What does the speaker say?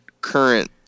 current